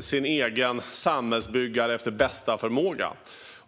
sin egen samhällsbyggare efter bästa förmåga.